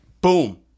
Boom